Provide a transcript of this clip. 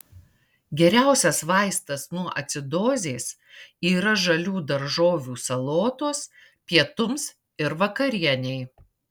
geriausias vaistas nuo acidozės yra žalių daržovių salotos pietums ir vakarienei